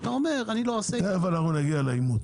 תכף נתייחס לעניין האימות.